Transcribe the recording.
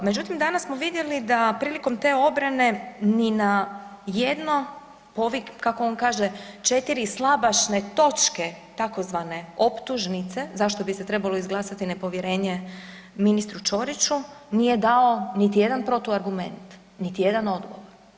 Međutim, danas smo vidjeli da prilikom te obrane ni na jedno, kako on kaže, 4 slabašne točke tzv. optužnice za što bi se trebalo izglasati nepovjerenje ministru Ćoriću nije dao niti jedan protuargument, niti jedan odgovor.